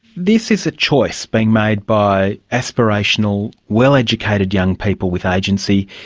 this is a choice being made by aspirational, well-educated young people with agency,